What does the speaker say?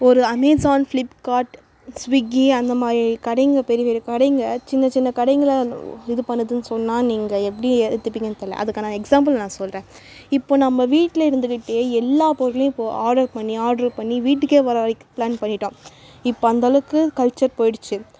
ஒரு Amazon Flipkart Swiggy அந்த மாதிரி கடைங்கள் பெரிய பெரிய கடைங்கள் சின்னச்சின்ன கடைங்களை இது பண்ணுதுன்னு சொன்னால் நீங்கள் எப்படி ஏற்றுப்பீங்கன்னு தெரில அதுக்கான எக்ஸாம்பிள் நான் சொல்கிறேன் இப்போ நம்ம வீட்டில இருந்துக்கிட்டே எல்லா பொருளையும் இப்போது ஆர்ட்ரு பண்ணி ஆர்ட்ரு பண்ணி வீட்டுக்கே வரவழைக்க ப்ளான் பண்ணிட்டோம் இப்போ அந்தளவுக்கு கல்ச்சர் போயிடுச்சு